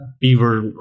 Beaver